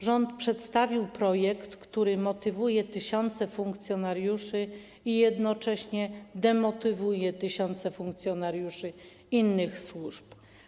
Rząd przedstawił projekt, który motywuje tysiące funkcjonariuszy i jednocześnie demotywuje tysiące funkcjonariuszy innych służb.